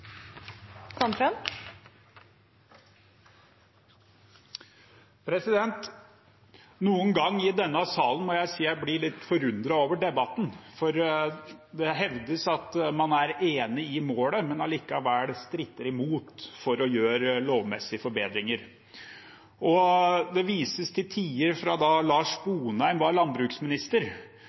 må jeg si jeg blir litt forundret over debatten i denne salen, for det hevdes at man er enig i målet, men stritter allikevel imot å gjøre lovmessige forbedringer. Det vises til tider da Lars Sponheim var landbruksminister,